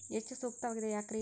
ಹೆಚ್ಚು ಸೂಕ್ತವಾಗಿದೆ ಯಾಕ್ರಿ?